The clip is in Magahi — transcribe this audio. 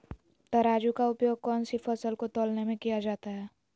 तराजू का उपयोग कौन सी फसल को तौलने में किया जाता है?